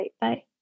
Bye